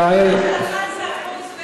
ועוברים את ה-11% יעל.